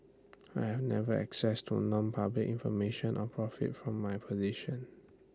I never had access to nonpublic information or profited from my position